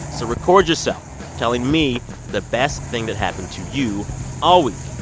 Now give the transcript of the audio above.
so record yourself telling me the best thing that happened to you all week.